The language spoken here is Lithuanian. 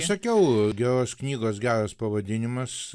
sakiau geros knygos geras pavadinimas